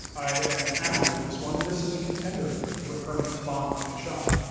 i am happy with this one, and this is a contender for a permanent spot in the shop.